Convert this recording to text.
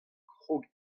krog